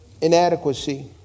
inadequacy